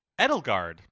Edelgard